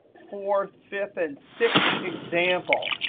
fourth, fifth, and sixth example.